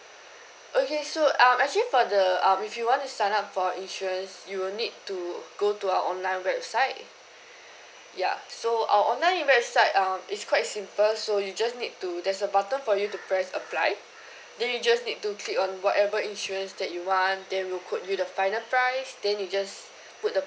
okay so um actually for the uh if you want to sign up for insurance you will need to go to our online website ya so our online website um it's quite simple so you just need to there's a button for you to press apply then you just need to click on whatever insurance that you want then we'll quote you the final price then you just put the